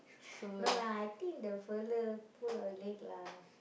no lah I think the fella pull our leg lah